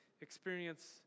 experience